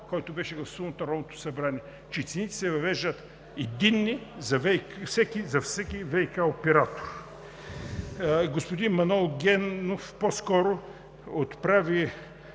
който беше гласуван от Народното събрание – че цените се въвеждат единни за всеки ВиК оператор. Господин Манол Генов по-скоро отправи